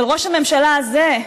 אבל ראש הממשלה הזה,